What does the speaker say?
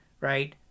Right